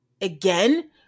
again